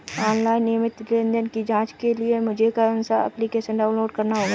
Online नियमित लेनदेन की जांच के लिए मुझे कौनसा एप्लिकेशन डाउनलोड करना होगा?